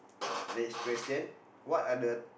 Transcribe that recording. next question what are the